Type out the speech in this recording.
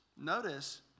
notice